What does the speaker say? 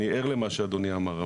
אני ער למה שאדוני אמר,